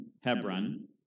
Hebron